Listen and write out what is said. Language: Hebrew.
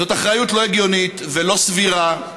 זאת אחריות לא הגיונית ולא סבירה.